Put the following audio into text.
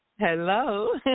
Hello